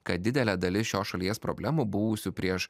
kad didelė dalis šios šalies problemų buvusių prieš